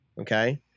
okay